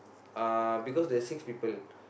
uh because there's six people